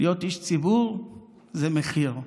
להיות איש ציבור זה מחיר,